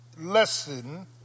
lesson